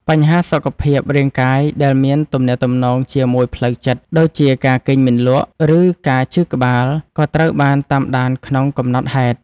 បញ្ហាសុខភាពរាងកាយដែលមានទំនាក់ទំនងជាមួយផ្លូវចិត្ត ដូចជាការគេងមិនលក់ ឬការឈឺក្បាល ក៏ត្រូវបានតាមដានក្នុងកំណត់ហេតុ។